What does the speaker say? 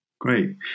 Great